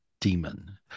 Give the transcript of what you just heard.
demon